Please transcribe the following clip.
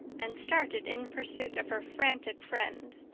and started in pursuit of her frantic friend.